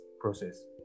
process